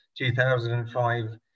2005